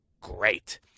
great